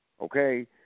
Okay